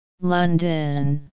London